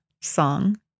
song